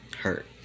hurt